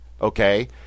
Okay